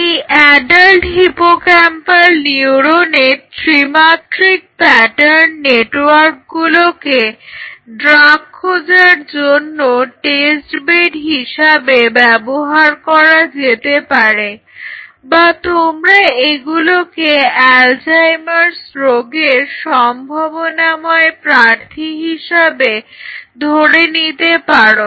এই adult hippocampal নিউরনের ত্রিমাত্রিক প্যাটার্ন নেটওয়ার্কগুলোকে ড্রাগ খোঁজার জন্য টেস্ট বেড হিসেবে ব্যবহার করা যেতে পারে বা তোমরা এগুলোকে অ্যালজাইমার্স রোগের সম্ভাবনাময় প্রার্থী হিসাবে ধরে নিতে পারি